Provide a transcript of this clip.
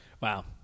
Wow